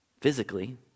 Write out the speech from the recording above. physically